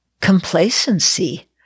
complacency